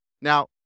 Now